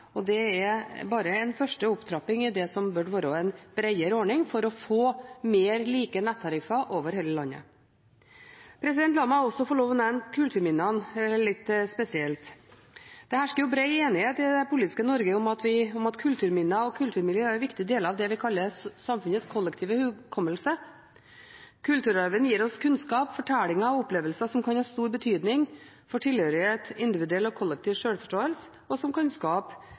og det bare som en første opptrapping i det som burde være en bredere ordning for å få mer like nettariffer over hele landet. La meg også få lov til å nevne kulturminnene spesielt. Det hersker bred enighet i det politiske Norge om at kulturminner og kulturmiljø er viktige deler av det vi kaller samfunnets kollektive hukommelse. Kulturarven gir oss kunnskap, fortellinger og opplevelser som kan ha stor betydning for tilhørighet, individuell og kollektiv sjølforståelse, og som kan skape